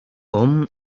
hom